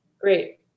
great